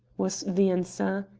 was the answer.